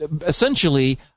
essentially